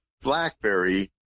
blackberry